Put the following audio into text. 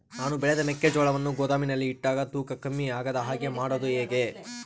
ನಾನು ಬೆಳೆದ ಮೆಕ್ಕಿಜೋಳವನ್ನು ಗೋದಾಮಿನಲ್ಲಿ ಇಟ್ಟಾಗ ತೂಕ ಕಮ್ಮಿ ಆಗದ ಹಾಗೆ ಮಾಡೋದು ಹೇಗೆ?